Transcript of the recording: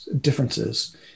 differences